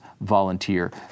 volunteer